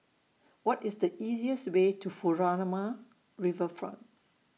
What IS The easiest Way to Furama Riverfront